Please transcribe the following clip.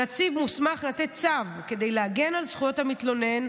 הנציב מוסמך לתת צו כדי להגן על זכויות המתלונן,